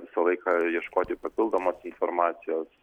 visą laiką ieškoti papildomos informacijos